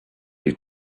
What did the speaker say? his